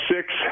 six